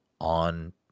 on